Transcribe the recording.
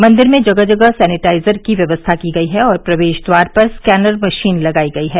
मंदिर में जगह जगह सैनिटाइजर की व्यवस्था की गयी है और प्रवेश द्वार पर स्कैनर मशीन लगायी गयी है